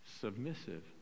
Submissive